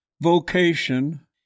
vocation